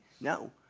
No